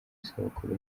isabukuru